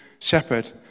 shepherd